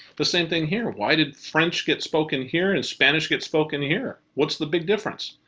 the same thing here. why did french get spoken here and spanish get spoken here? what's the big difference?